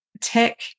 tech